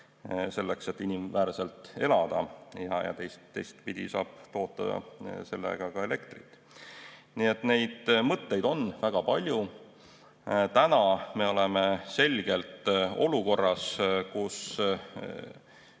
selleks et inimväärselt elada, ja teistpidi, saab sellega toota ka elektrit. Nii et neid mõtteid on väga palju. Me oleme selgelt olukorras, kus